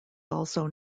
also